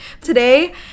Today